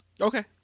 Okay